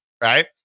right